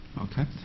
okay